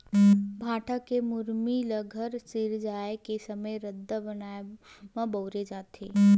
भाठा के मुरमी ल घर सिरजाए के समे रद्दा बनाए म बउरे जाथे